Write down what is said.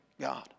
God